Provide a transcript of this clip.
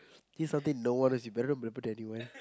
here's something no one wants you better put it anywhere